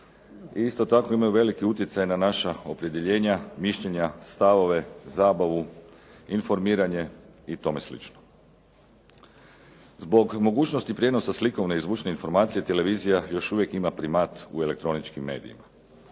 Isto tako imaju veliki utjecaj na naša opredjeljenja, mišljenja, stavove, zabavu, informiranje i tome slično. Zbog mogućnosti prijenosa slikovne i zvučne informacije televizija još uvijek ima primat u elektroničkim medijima.